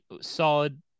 Solid